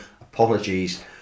apologies